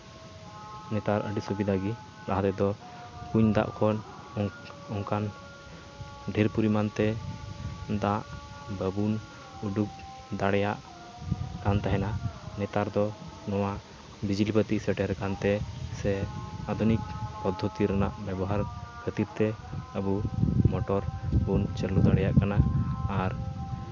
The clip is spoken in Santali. ᱱᱮᱛᱟᱨ ᱟᱹᱰᱤ ᱥᱩᱵᱤᱫᱟᱜᱮ ᱞᱟᱦᱟ ᱛᱮᱫᱚ ᱠᱩᱧ ᱫᱟᱜ ᱠᱷᱚᱱ ᱚᱝ ᱚᱝᱠᱟᱱ ᱰᱷᱮᱨ ᱯᱚᱨᱤᱢᱟᱱ ᱛᱮ ᱫᱟᱜ ᱵᱟᱵᱚᱱ ᱩᱰᱩᱠ ᱫᱟᱲᱮᱭᱟᱜ ᱠᱟᱱ ᱛᱟᱦᱮᱱᱟ ᱱᱮᱛᱟᱨ ᱫᱚ ᱱᱚᱣᱟ ᱵᱤᱡᱽᱞᱤ ᱵᱟᱹᱛᱤ ᱥᱮᱴᱮᱨᱟᱠᱟᱱᱟᱛᱮ ᱥᱮ ᱟᱫᱷᱩᱱᱤᱠ ᱯᱚᱫᱽᱫᱷᱚᱛᱤ ᱨᱮᱱᱟᱜ ᱵᱮᱵᱚᱦᱟᱨ ᱠᱷᱟᱹᱛᱤᱨ ᱛᱮ ᱟᱵᱚ ᱢᱚᱴᱚᱨ ᱵᱚᱱ ᱪᱟᱹᱞᱩ ᱫᱟᱲᱮᱭᱟᱜ ᱠᱟᱱᱟ ᱟᱨ